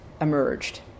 emerged